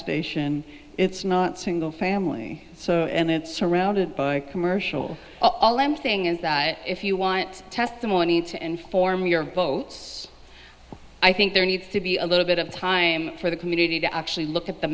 station it's not single family so and it's surrounded by commercial all i'm saying is that if you want testimony to inform your vote i think there needs to be a little bit of time for the community to actually look at the